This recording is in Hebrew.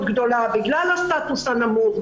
בגלל הסטטוס הנמוך,